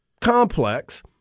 complex